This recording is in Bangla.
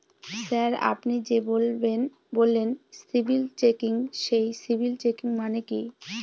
স্যার আপনি যে বললেন সিবিল চেকিং সেই সিবিল চেকিং মানে কি?